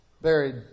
buried